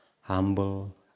humble